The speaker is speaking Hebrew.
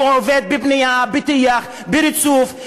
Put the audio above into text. הוא עובד בבנייה, בטיח, בריצוף.